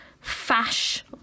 fash